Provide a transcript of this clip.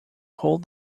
hold